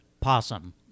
possum